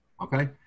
Okay